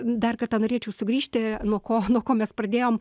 dar kartą norėčiau sugrįžti nuo ko nuo ko mes pradėjom